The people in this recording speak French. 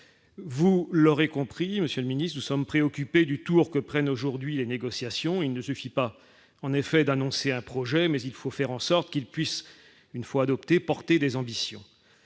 vous l'aurez compris monsieur le ministre, de sommes préoccupés du tour que prennent aujourd'hui les négociations, il ne suffit pas en effet d'annoncer un projet mais il faut faire en sorte qu'il puisse, une fois adoptée, porter des ambitions,